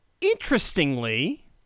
interestingly